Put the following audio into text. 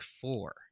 four